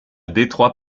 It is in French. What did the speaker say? détroit